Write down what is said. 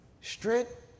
Strength